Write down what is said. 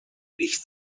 nicht